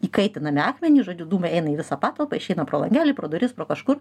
įkaitinami akmenys žodžiu dūmai eina į visą patalpą išeina pro langelį pro duris pro kažkur